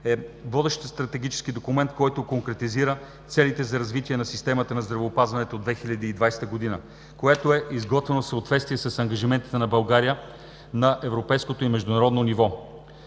е водещ стратегически документ, който конкретизира целите за развитие на системата на здравеопазването през 2020 г., което е изготвено в съответствие с ангажиментите на България на европейско и международно ниво.